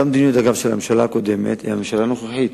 המדיניות של הממשלה הקודמת היא גם של הממשלה הנוכחית,